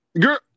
Girl